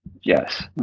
Yes